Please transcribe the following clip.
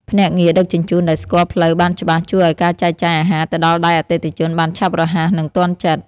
ភ្នាក់ងារដឹកជញ្ជូនដែលស្គាល់ផ្លូវបានច្បាស់ជួយឱ្យការចែកចាយអាហារទៅដល់ដៃអតិថិជនបានឆាប់រហ័សនិងទាន់ចិត្ត។